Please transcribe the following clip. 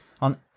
on